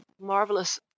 marvelous